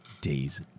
days